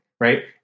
right